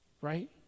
right